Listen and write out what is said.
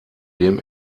dem